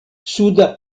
suda